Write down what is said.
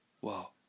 Wow